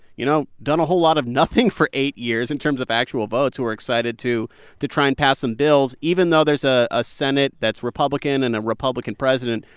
you know, done a whole lot of nothing for eight years in terms of actual votes who are excited to to try and pass some bills, even though there's ah a senate that's republican and a republican president.